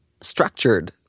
structured